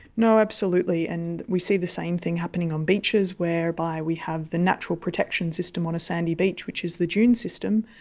no, absolutely, and we see the same thing happening on beaches whereby we have the natural protection system on a sandy beach, which is the dune system,